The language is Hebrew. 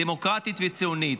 דמוקרטית וציונית.